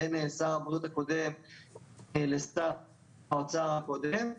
בין שר הבריאות הקודם לשר האוצר הקודם,